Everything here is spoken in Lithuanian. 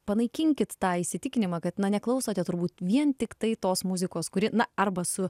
panaikinkit tą įsitikinimą kad na neklausote turbūt vien tiktai tos muzikos kuri na arba su